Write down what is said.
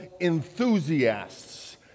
enthusiasts